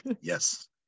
yes